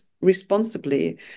responsibly